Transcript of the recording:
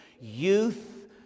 Youth